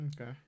Okay